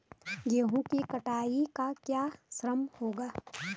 गेहूँ की कटाई का क्या श्रम होगा?